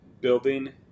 building